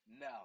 No